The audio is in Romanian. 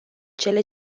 cele